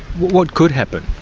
what could happen?